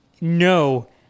no